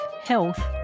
Health